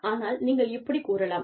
ஆனால் நீங்கள் இப்படிக் கூறலாம்